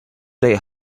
they